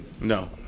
No